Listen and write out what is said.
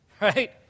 right